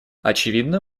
очевидно